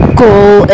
goal